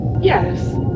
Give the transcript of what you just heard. Yes